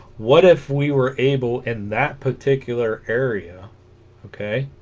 what if we were able in that particular area okay